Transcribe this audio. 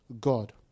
God